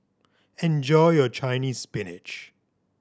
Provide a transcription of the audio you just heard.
enjoy your Chinese Spinach